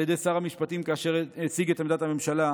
על ידי שר המשפטים כאשר הציג את עמדת הממשלה,